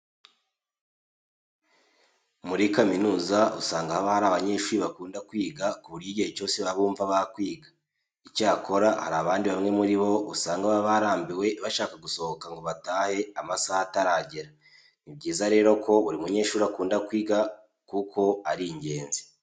Muri kaminuza usanga haba hari abanyeshuri bakunda kwiga ku buryo igihe cyose baba bumva bakwiga. Icyakora hari abandi bamwe muri bo usanga baba barambiwe bashyaka gusohoka ngo batahe amasaha ataragera. Ni byiza rero ko buri munyeshuri akunda kwiga kuko ari ingenzi.